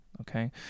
okay